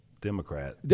Democrat